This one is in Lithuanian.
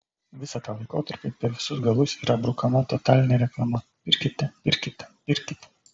visą tą laikotarpį per visus galus yra brukama totalinė reklama pirkite pirkite pirkite